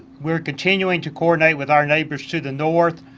we are continuing to coordinate with our neighbors to the north,